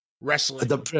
wrestling